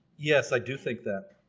yes i do think that